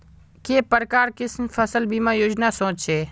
के प्रकार किसान फसल बीमा योजना सोचें?